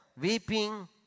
weeping